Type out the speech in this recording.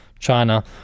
China